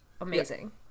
amazing